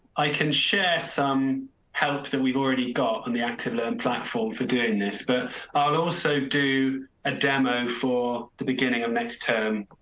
i can share some help that we've already got on the active learning platform for doing this, but i'll also do a demo for the beginning of next term.